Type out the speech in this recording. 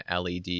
LED